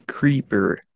creeper